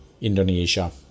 Indonesia